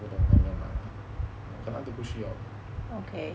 不懂她有没有买但是他都不需要